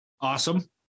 Awesome